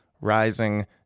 Rising